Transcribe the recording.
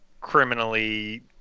criminally